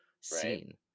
scene